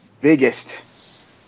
biggest